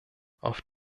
auf